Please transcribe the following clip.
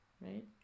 Right